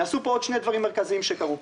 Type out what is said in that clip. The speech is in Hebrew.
נעשו פה עוד שני דברים מרכזיים שקרו.